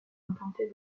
implanté